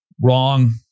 wrong